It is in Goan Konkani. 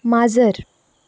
माजर